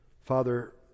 Father